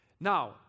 Now